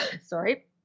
Sorry